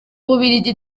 bubiligi